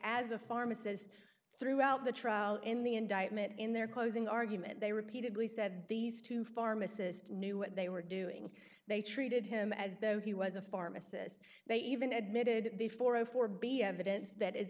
as a pharmacist throughout the trial in the indictment in their closing argument they repeatedly said these two pharmacist knew what they were doing they treated him as though he was a pharmacist they even admitted before four be evidence that it's